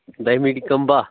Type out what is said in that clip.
دَہہِ مِنٹہِ کَم باہ